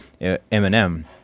Eminem